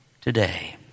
today